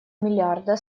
миллиарда